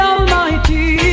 Almighty